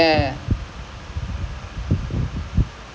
I mean you can't go wrong right unless you cannot hear the person lah